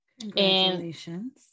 Congratulations